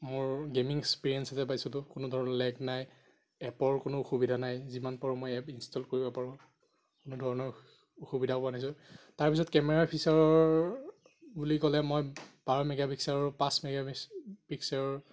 মোৰ gaming experience এটা পাইছিলোঁ কোনো ধৰণৰ লেগ নাই এপৰ কোনো অসুবিধা নাই যিমান পাৰোঁ মই এপ ইনষ্টল কৰিব পাৰোঁ কোনো ধৰণৰ অসুবিধা পোৱা নাযায় তাৰপিছত কেমেৰা ফিচ্যাৰৰ বুলি ক'লে মই পাৰ মেগা পিক্সাৰৰ পাঁচ মেগা পিক্স পিক্সেলৰ